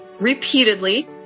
repeatedly